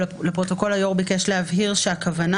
אבל לפרוטוקול היו"ר ביקש להבהיר שהכוונה